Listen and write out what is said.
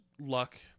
luck